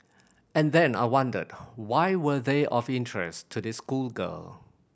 and then I wondered why were they of interest to this schoolgirl